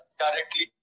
directly